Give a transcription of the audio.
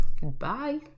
Goodbye